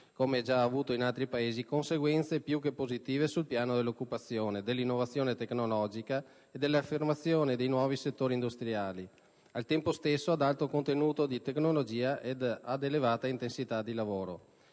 come ha già avuto in altri Paesi - conseguenze positive sul piano dell'occupazione, dell'innovazione tecnologica e dell'affermazione di nuovi settori industriali, al tempo stesso ad alto contenuto di tecnologia e ad elevata intensità di lavoro.